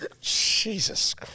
Jesus